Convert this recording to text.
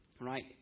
right